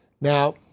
Now